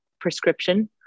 prescription